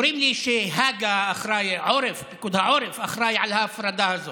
אומרים לי שהג"א, פיקוד העורף, אחראי להפרדה הזאת: